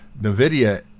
Nvidia